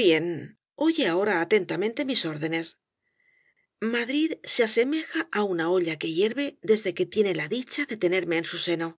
bien oye ahora atentamente mis órdenes madrid se asemeja á una olla que hierve desde que tiene la dicha de tenerme en su seno